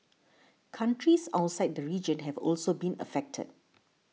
countries outside the region have also been affected